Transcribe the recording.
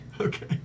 Okay